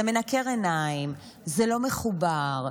זה מנקר עיניים, זה לא מחובר,